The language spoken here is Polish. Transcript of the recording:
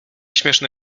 śmieszny